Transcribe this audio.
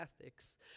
ethics